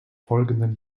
folgenden